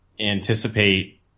anticipate